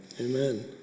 Amen